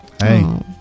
Hey